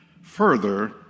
further